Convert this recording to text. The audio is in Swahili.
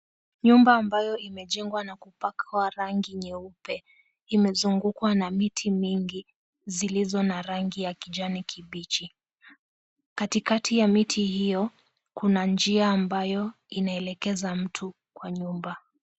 Nyumba ambayo imejengwa na kupakwa rangi nyeupe imezungukwa na miti mingi iliyo na rangi ya kijani kibichi. Katikati ya miti hiyo kuna njia ambayo inaelekeza mtu kwa nyumba.